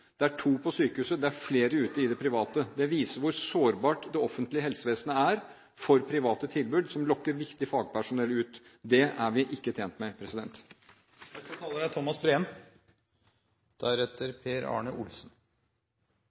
Det er to på sykehuset, det er flere ute i det private. Det viser hvor sårbart det offentlige helsevesenet er for private tilbud, som lokker viktig fagpersonell ut. Det er vi ikke tjent med.